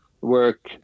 work